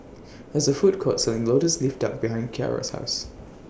There IS A Food Court Selling Lotus Leaf Duck behind Ciarra's House